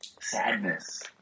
sadness